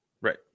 right